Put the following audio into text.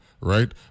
right